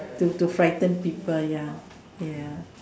to to frighten people ya ya